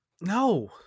No